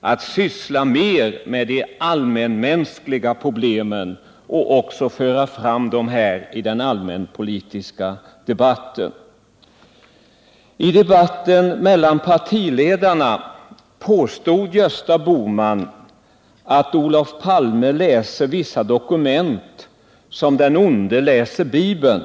att syssla mera med de allmänmänskliga problemen och också ta upp dem i den allmänpolitiska debatten. I debatten mellan partiledarna påstod Gösta Bohman att Olof Palme läser vissa dokument som den onde läser Bibeln.